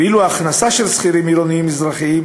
ואילו ההכנסה של שכירים עירונים מזרחים